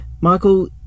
Michael